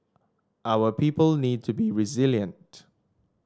our people need to be resilient